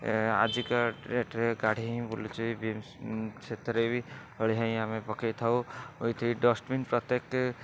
ଆଜିକା ଡେଟ୍ରେ ଗାଡ଼ି ହିଁ ବୁଲୁଛି ବି ଏମ୍ ସି ସେଥିରେ ବି ଅଳିଆ ହିଁ ଆମେ ପକେଇଥାଉ ଓ ଏଠି ଡଷ୍ଟବିନ୍ ପ୍ରତ୍ୟେକଟି